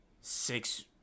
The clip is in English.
six